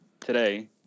today